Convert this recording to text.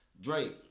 Drake